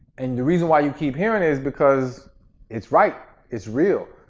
and the reason why you keep hearing is because it's right, it's real.